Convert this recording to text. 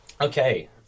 Okay